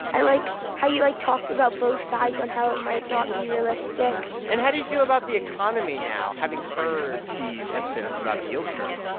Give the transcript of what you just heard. i like how you, like, talked about both sides on how it might not be realistic and how do you feel about the economy now having heard these episodes about the yield curve?